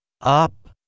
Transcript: up